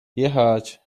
jechać